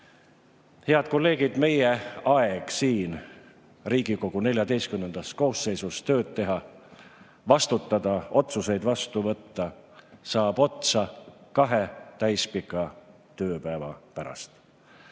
Head kolleegid, meie aeg siin Riigikogu XIV koosseisus tööd teha, vastutada, otsuseid vastu võtta saab otsa kahe täispika tööpäeva pärast.